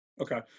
Okay